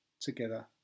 together